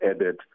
added